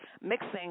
mixing